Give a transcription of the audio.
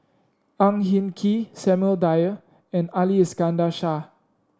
Ang Hin Kee Samuel Dyer and Ali Iskandar Shah